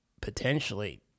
potentially